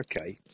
Okay